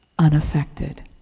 unaffected